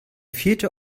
vierte